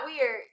weird